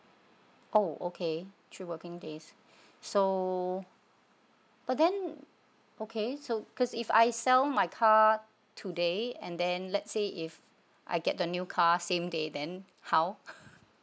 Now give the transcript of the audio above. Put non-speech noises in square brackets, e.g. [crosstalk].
oh okay three working days [breath] so but then okay so cause if I sell my car today and then let's say if I get the new car same day then how [laughs]